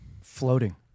floating